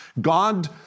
God